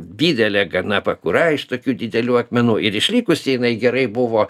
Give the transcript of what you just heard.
didelė gana pakura iš tokių didelių akmenų ir išlikusi jinai gerai buvo